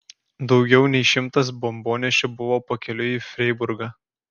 daugiau nei šimtas bombonešių buvo pakeliui į freiburgą